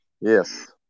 Yes